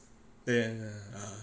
对啊